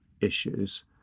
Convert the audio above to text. issues